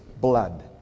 blood